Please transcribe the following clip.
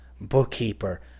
bookkeeper